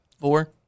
four